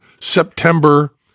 September